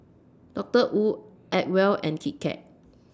Doctor Wu Acwell and Kit Kat